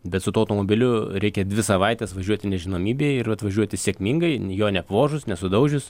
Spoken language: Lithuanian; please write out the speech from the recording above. bet su tuo automobiliu reikia dvi savaites važiuoti nežinomybėj ir atvažiuoti sėkmingai jo neapvožus nesudaužius